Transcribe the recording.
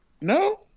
No